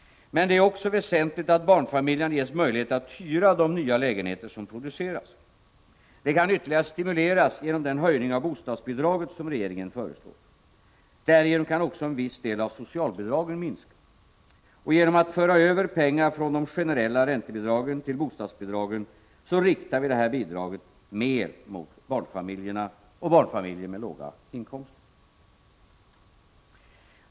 Men det är också väsentligt att barnfamiljerna ges möjligheter att hyra de nya lägenheter som produceras. Detta kan ytterligare stimuleras genom den höjning av bostadsbidraget som regeringen föreslår. Därigenom kan också en viss del av socialbidragen minska. Genom att föra över pengar från de generella räntebidragen till bostadsbidragen riktar vi det här bidraget mer mot barnfamiljerna och mot barnfamiljer med låga inkomster.